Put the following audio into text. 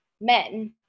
men